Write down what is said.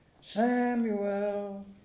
Samuel